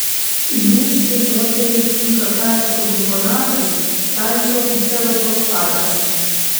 nėščiai moteriai tinka kalcio gliukonatas kalcio glicerofosfatas